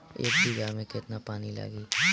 एक बिगहा में केतना पानी लागी?